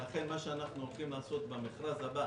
ולכן, מה שאנחנו הולכים לעשות במכרז הבא